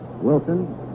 Wilson